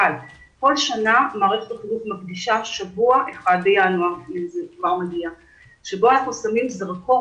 אבל כל שנה מערכת הבריאות מקדישה שבוע אחד בינואר שבו אנחנו שמים זרקור,